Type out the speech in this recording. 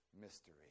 mystery